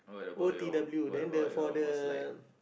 o_t_w then the for the